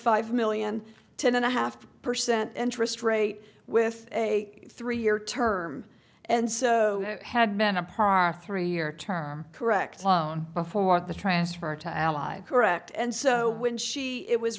five million ten and a half percent interest rate with a three year term and so had been upon a three year term correct loan before the transfer to ally correct and so when she it was